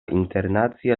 internacia